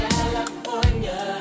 California